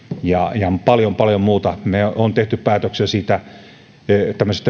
ja on paljon paljon muuta me olemme tehneet päätöksiä